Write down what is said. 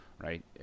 right